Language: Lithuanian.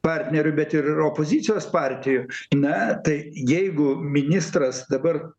partnerių bet ir opozicijos partijų na tai jeigu ministras dabar